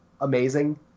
amazing